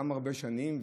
גם הרבה שנים,